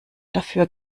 dafür